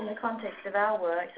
context of our work,